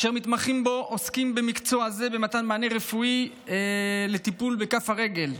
והמתמחים בו עוסקים במקצוע זה במתן מענה רפואי לטיפול בכף הרגל.